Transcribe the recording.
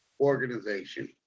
organization